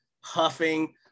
huffing